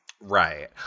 Right